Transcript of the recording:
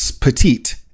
petite